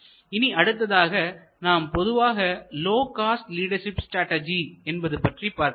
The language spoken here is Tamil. இனி அடுத்ததாக நாம் பொதுவான லோ காஸ்ட் லீடர்ஷிப் ஸ்ட்ராடஜி என்பது பற்றி பார்க்கலாம்